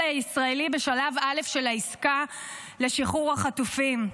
הישראלי בשלב א' של העסקה לשחרור החטופים.